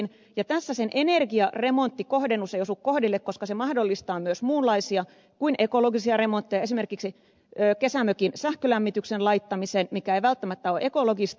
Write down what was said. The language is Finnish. tässä myöskään sen energiaremonttikohdennus ei osu kohdalleen koska se mahdollistaa myös muunlaisia kuin ekologisia remontteja esimerkiksi kesämökin sähkölämmityksen laittamisen mikä ei välttämättä ole ekologista